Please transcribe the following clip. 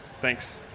Thanks